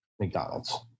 mcdonald's